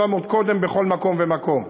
עוד קודם בכל מקום ומקום,